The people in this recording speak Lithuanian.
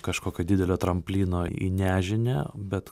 kažkokio didelio tramplyno į nežinią bet